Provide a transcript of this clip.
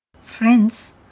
Friends